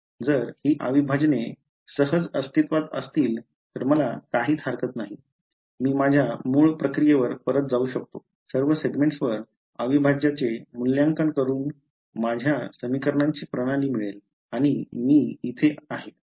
जर ही अविभाजने सहज अस्तित्वात असतील तर मला काहीच हरकत नाही मी माझ्या मूळ प्रक्रियेवर परत जाऊ शकतो सर्व सेगमेंटवर अविभाज्याचे मूल्यांकन करून माझ्या समीकरणांची प्रणाली मिळेल आणि मी तिथे आहे